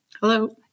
Hello